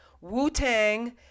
Wu-Tang